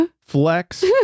flex